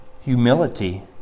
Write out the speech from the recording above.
humility